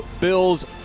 bills